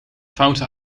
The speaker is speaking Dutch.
foute